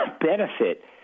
benefit